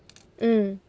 mm